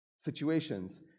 situations